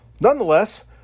Nonetheless